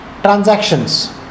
transactions